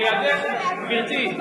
למה לאייכלר מותר?